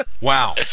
Wow